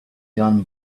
done